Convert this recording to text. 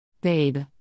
Babe